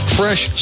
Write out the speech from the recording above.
fresh